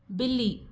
बिल्ली